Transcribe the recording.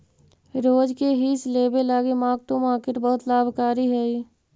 रोज के हिस लेबे लागी मार्क टू मार्केट बहुत लाभकारी हई